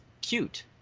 cute